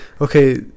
okay